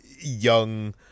young